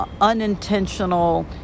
unintentional